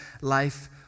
life